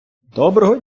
доброго